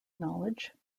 knowledge